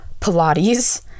Pilates